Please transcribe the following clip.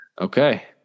okay